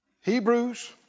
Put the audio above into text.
Hebrews